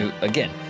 again